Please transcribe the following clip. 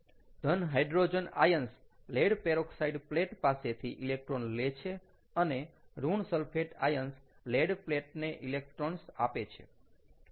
ધન hydrogen ions lead peroxide plate પાસેથી electron લે છે અને ઋણ સલ્ફેટ આયન્સ લેડ પ્લેટને ઇલેક્ટ્રોન્સ આપે છે